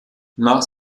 nach